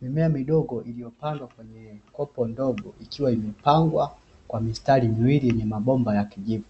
Mimea midogo iliyopandwa kwenye kopo ndogo, ikiwa imepangwa kwa mistari miwili yenye mabomba ya kijivu.